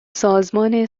سازمان